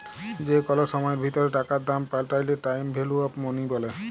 যে কল সময়ের ভিতরে টাকার দাম পাল্টাইলে টাইম ভ্যালু অফ মনি ব্যলে